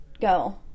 go